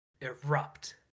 erupt